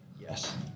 Yes